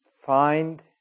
find